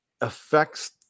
affects